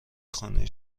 خانه